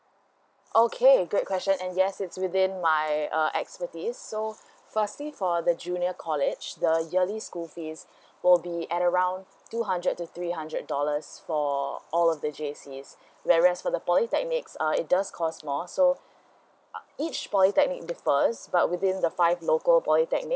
okay great question and yes it's within my uh expertise so firstly for the junior college the yearly school fees will be at around two hundred to three hundred dollars for all of the J_C whereas for the polytechnics uh it does cost more so uh each polytechnic differs but within the five local polytechnics